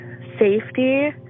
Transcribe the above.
safety